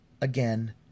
again